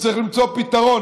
וצריך למצוא פתרון,